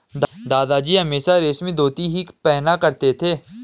दादाजी हमेशा रेशमी धोती ही पहना करते थे